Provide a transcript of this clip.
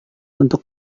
untuk